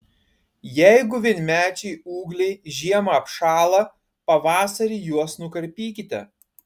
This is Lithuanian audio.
jeigu vienmečiai ūgliai žiemą apšąla pavasarį juos nukarpykite